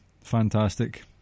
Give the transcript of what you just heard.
fantastic